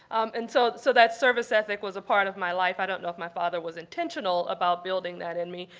and so so that service ethic was a part of my life. i don't know if my father was intentional about building that in me,